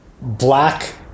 black